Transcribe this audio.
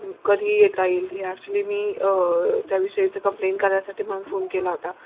कधीही येता येईल हे ॲक्च्युली मी त्याविषयीचं कंप्लेन करण्यासाठी म्हणून फोन केला होता